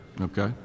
Okay